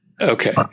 okay